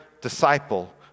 disciple